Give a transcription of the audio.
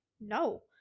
no